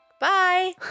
Bye